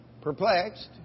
Perplexed